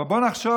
אבל בוא נחשוב,